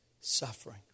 suffering